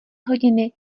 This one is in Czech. hodiny